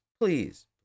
please